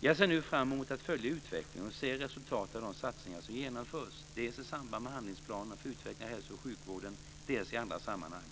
Jag ser nu fram emot att följa utvecklingen och se resultatet av de satsningar som genomförs dels i samband med handlingsplanen för utveckling av hälsooch sjukvården, dels i andra sammanhang.